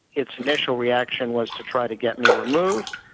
its initial reaction was to try to get me removed.